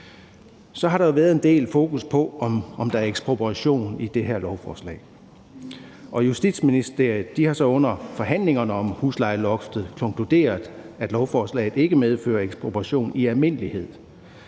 Så har der jo været en del fokus på, om der er ekspropriation i det her lovforslag, og Justitsministeriet har så under forhandlingerne om huslejeloftet konkluderet, at lovforslaget ikke medfører ekspropriation i almindelighed,